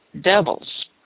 devils